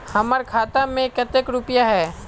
हमर खाता में केते रुपया है?